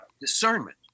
discernment